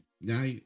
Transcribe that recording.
now